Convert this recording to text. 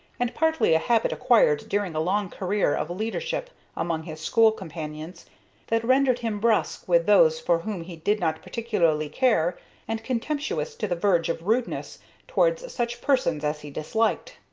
and partly a habit acquired during a long career of leadership among his school companions that rendered him brusque with those for whom he did not particularly care and contemptuous to the verge of rudeness towards such persons as he disliked.